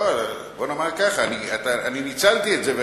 בוא נאמר ככה, ניצלתי את זה.